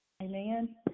Amen